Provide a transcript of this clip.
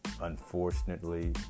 Unfortunately